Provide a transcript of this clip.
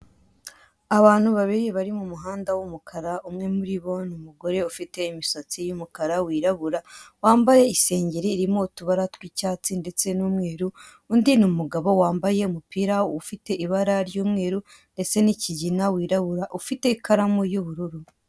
Abantu babiri bari mu muhanda w'umukara, umwe muri bo ni umugore ufite imisatsi y'umukara, wirabura, wambaye isengeri irimo utubara tw'icyatsi ndetse n'umweru, undi ni umugabo wambaye umupira ufite ibara ry'umweru ndetse n'ikigina, wirabura, ufite ikaramu y'ubururu.